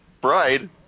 bride